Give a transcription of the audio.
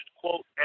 quote